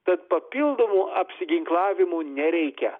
tad papildomų apsiginklavimų nereikia